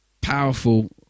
powerful